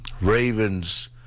Ravens